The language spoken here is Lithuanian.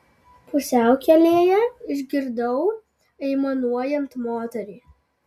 pusiaukelėje išgirdau aimanuojant moterį